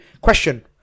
question